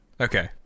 Okay